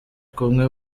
kumwe